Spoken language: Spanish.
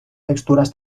texturas